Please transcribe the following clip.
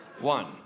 One